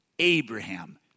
Abraham